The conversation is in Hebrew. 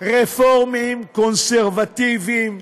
רפורמים, קונסרבטיבים,